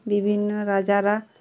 বিভিন্ন রাজারা